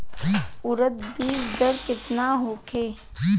उरद बीज दर केतना होखे?